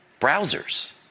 browsers